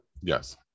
Yes